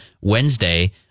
Wednesday